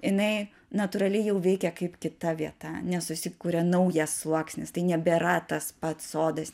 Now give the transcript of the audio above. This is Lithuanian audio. jinai natūraliai jau veikia kaip kita vieta nes susikuria naujas sluoksnis tai nebėra tas pats sodas